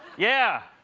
yeah.